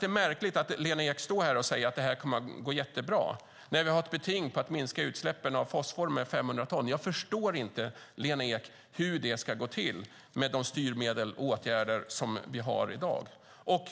Det är märkligt att Lena Ek säger att det här kommer att gå jättebra, när vi har ett beting att minska utsläppen av fosfor med 500 ton. Jag förstår inte, Lena Ek, hur det ska gå till med de styrmedel och åtgärder som vi har i dag.